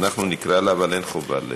נקרא לה, אבל אין חובה.